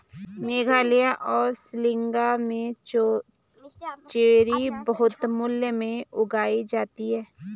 मेघालय और शिलांग में चेरी बहुतायत में उगाई जाती है